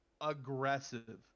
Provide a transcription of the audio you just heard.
aggressive